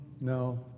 No